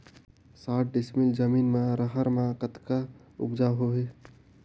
साठ डिसमिल जमीन म रहर म कतका उपजाऊ होही?